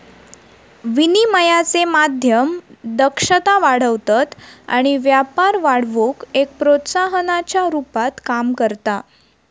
विनिमयाचे माध्यम दक्षता वाढवतत आणि व्यापार वाढवुक एक प्रोत्साहनाच्या रुपात काम करता